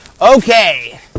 Okay